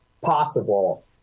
possible